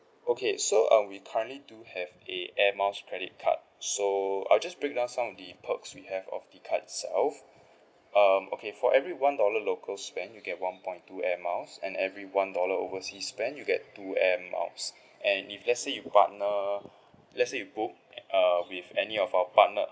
okay so um we currently do have a air miles credit card so I will just break down some of the perks we have of the card itself um okay for every one dollar local spend you get one point two air miles and every one dollar overseas spend you get two air miles and if let's say you partner let's say book uh with any of our partner